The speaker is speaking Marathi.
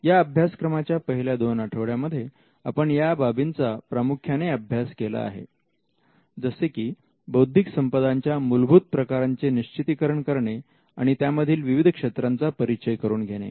या अभ्यासक्रमाच्या पहिल्या दोन आठवड्यामध्ये आपण या बाबींचा प्रामुख्याने अभ्यास केला आहे जसे की बौद्धिक संपदा च्या मूलभूत प्रकारांचे निश्चितीकरण करणे आणि त्यामधील विविध क्षेत्रांचा परिचय करून घेणे